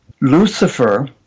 Lucifer